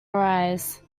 arise